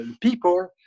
people